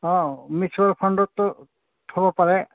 অঁ মিউচুৱেল ফাণ্ডতো থ'ব পাৰে